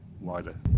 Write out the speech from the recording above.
wider